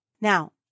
Now